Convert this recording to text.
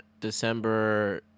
December